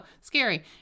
scary